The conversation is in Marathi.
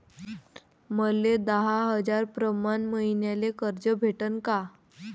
मले दहा हजार प्रमाण मईन्याले कर्ज भेटन का?